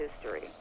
history